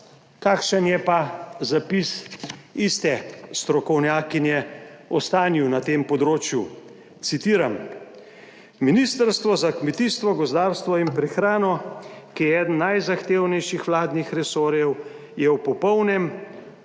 Kakšen je pa zapis iste strokovnjakinje o stanju na tem področju, citiram: "Ministrstvo za kmetijstvo, gozdarstvo in prehrano, ki je eden najzahtevnejših vladnih resorjev, je v popolnem